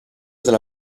dalla